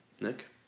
Nick